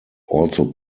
also